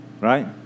right